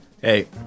hey